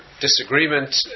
disagreement